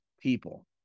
people